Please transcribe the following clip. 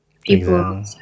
People